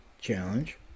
challenge